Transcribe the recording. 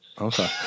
Okay